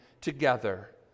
together